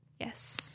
Yes